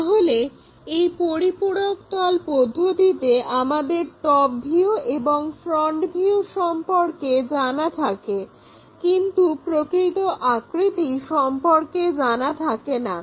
তাহলে এই পরিপূরক তল পদ্ধতিতে আমাদের টপ ভিউ এবং ফ্রন্ট ভিউ সম্পর্কে জানা থাকে কিন্তু প্রকৃত আকৃতি সম্পর্কে জানা থাকে না